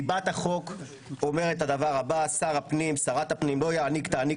ליבת החוק אומרת את הדבר הבא: שר/ת הפנים לא יעניק/תעניק